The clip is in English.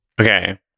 Okay